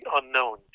unknown